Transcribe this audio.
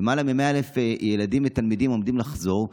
ולמעלה מ-100,000 ילדים ותלמידים עומדים לחזור.